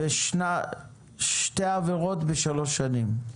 שתי עבירות בשלוש שנים.